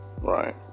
Right